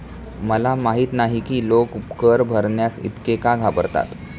मला माहित नाही की लोक कर भरण्यास इतके का घाबरतात